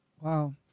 Wow